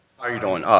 how you doing,